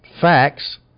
facts